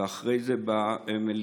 ואחרי זה במליאה.